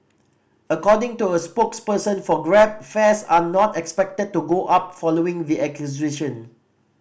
according to a spokesperson for Grab fares are not expected to go up following the acquisition